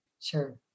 Sure